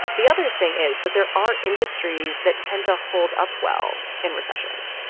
the other thing is that there are industries that tend to hold up well in recessions.